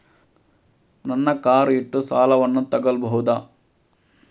ನನ್ನ ಕಾರ್ ಇಟ್ಟು ಸಾಲವನ್ನು ತಗೋಳ್ಬಹುದಾ?